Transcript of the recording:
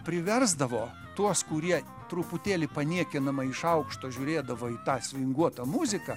priversdavo tuos kurie truputėlį paniekinamai iš aukšto žiūrėdavo į tą svinguotą muziką